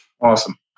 Awesome